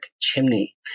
chimney